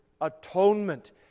atonement